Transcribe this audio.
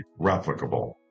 replicable